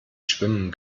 schwimmen